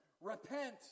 repent